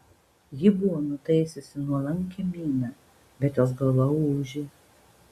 ji buvo nutaisiusi nuolankią miną bet jos galva ūžė